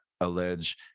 allege